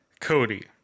Cody